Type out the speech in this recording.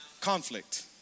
Conflict